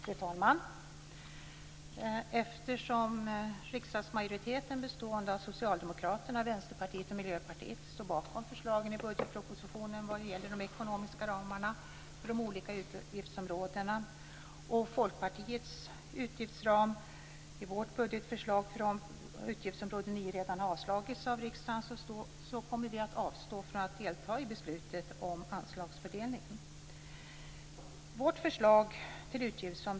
Fru talman! Eftersom riksdagsmajoriteten, bestående av Socialdemokraterna, Vänsterpartiet och Miljöpartiet, står bakom förslagen i budgetpropositionen vad gäller de ekonomiska ramarna för de olika utgiftsområdena och Folkpartiets budgetförslag om utgiftsram för utgiftsområde 9 redan har avslagits av riksdagen kommer vi att avstå från att delta i beslutet om anslagsfördelningen.